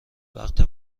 وقت